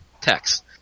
text